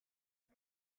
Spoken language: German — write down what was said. ich